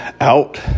out